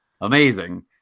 amazing